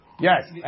Yes